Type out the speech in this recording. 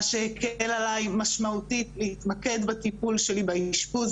מה שהקל עליי משמעותית להתמקד בטיפול שלי באשפוז